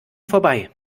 vorbei